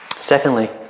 Secondly